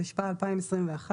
התשפ"א-2021.